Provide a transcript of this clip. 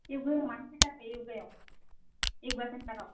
य'गायाव मानो फैथाराखै य'गायाव य'गा सेन्टाराव